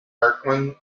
kirkland